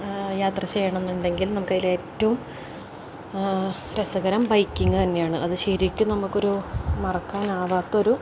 യാത്ര ചെയ്യണമെന്നുണ്ടെങ്കിൽ നമുക്ക് അതിലേറ്റവും രസകരം ബൈക്കിങ് തന്നെയാണ് അത് ശരിക്കും നമുക്കൊരു മറക്കാനാകാത്തൊരു